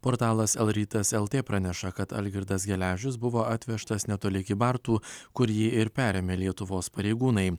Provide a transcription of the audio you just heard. portalas el rytas el t praneša kad algirdas geležius buvo atvežtas netoli kybartų kur jį ir perėmė lietuvos pareigūnai